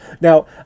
Now